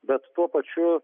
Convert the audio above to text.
bet tuo pačiu